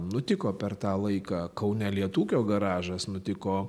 nutiko per tą laiką kaune lietūkio garažas nutiko